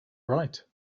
right